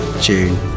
June